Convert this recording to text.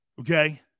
okay